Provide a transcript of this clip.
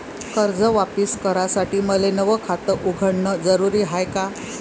कर्ज वापिस करासाठी मले नव खात उघडन जरुरी हाय का?